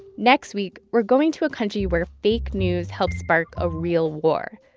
next week, we're going to a country where fake news helped spark a real war.